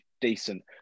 decent